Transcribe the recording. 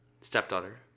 Stepdaughter